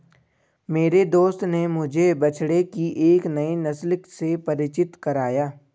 मेरे दोस्त ने मुझे बछड़े की एक नई नस्ल से परिचित कराया